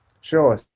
Sure